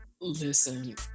listen